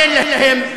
תן להם,